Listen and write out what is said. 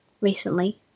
recently